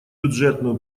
бюджетную